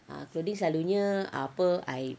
ah clothing selalunya apa I